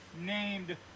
named